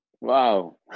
Wow